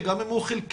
מענה, גם אם הוא חלקי,